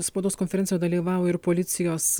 spaudos konferencijoje dalyvavo ir policijos